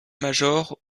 major